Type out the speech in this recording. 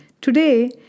Today